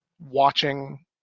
watching